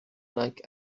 like